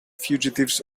fugitives